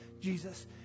Jesus